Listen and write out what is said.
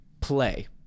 play